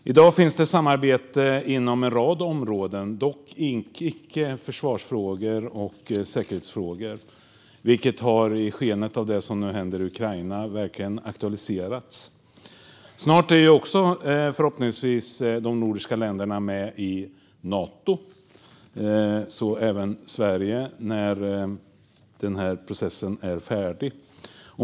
I dag finns det samarbete inom en rad områden - dock icke i försvarsfrågor och säkerhetsfrågor, vilket i skenet av det som nu händer i Ukraina verkligen har aktualiserats. Snart är också förhoppningsvis de nordiska länderna med i Nato - så även Sverige, när processen är färdig.